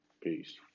Peace